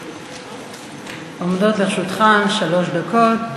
עומדות לרשותך שלוש דקות.